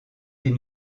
des